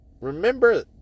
remember